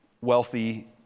wealthy